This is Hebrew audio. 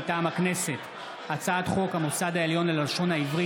מטעם הכנסת: הצעת חוק המוסד העליון ללשון העברית